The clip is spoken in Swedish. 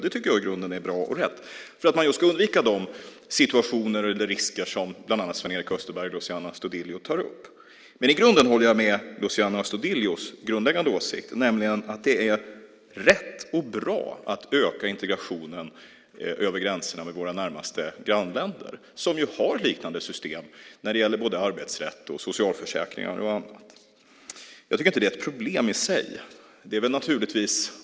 Det tycker jag i grunden är bra och rätt för att man just ska undvika de situationer eller risker som bland annat Sven-Erik Österberg och Luciano Astudillo tar upp. Men i grunden håller jag med Luciano Astudillo när det gäller hans grundläggande åsikt, nämligen att det är rätt och bra att öka integrationen över gränserna med våra närmaste grannländer, som ju har liknande system när det gäller arbetsrätt, socialförsäkringar och annat. Jag tycker inte att det är ett problem i sig.